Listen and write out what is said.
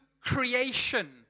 creation